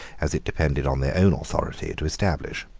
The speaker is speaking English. as it depended on their own authority to establish.